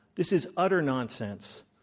this is utter nonsense.